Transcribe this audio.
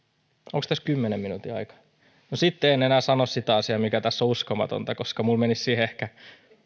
onko tässä kymmenen minuutin aika no sitten en enää sano sitä asiaa mikä tässä on uskomatonta koska minulla menisi siihen ehkä